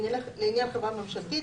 (5)לעניין חברה ממשלתית,